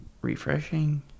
Refreshing